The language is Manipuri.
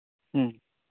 ꯎꯝ